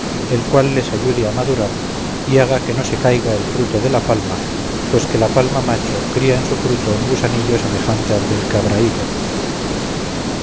el cual les ayude a madurar y haga que no se caiga el fruto de la palma pues que la palma macho cría en su fruto un gusanillo semejante al del